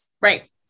Right